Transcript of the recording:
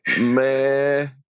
Man